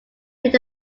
print